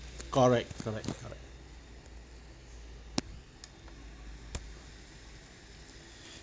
correct correct correct